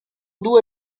due